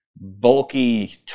bulky